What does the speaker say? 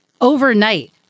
overnight